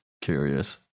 curious